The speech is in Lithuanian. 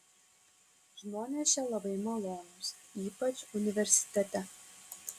žmonės čia labai malonūs ypač universitete